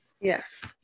Yes